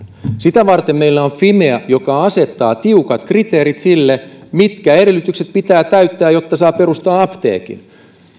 sitä varten meillä on fimea joka asettaa tiukat kriteerit sille mitkä edellytykset pitää täyttää jotta saa perustaa apteekin